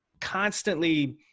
constantly